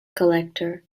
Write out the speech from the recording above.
collector